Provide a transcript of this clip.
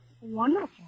Wonderful